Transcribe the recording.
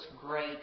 great